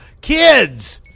Kids